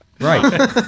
Right